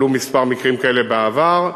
עלו כמה מקרים כאלה בעבר.